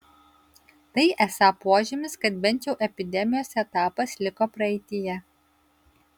tai esą požymis kad bent jau epidemijos etapas liko praeityje